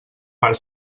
per